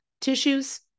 Tissues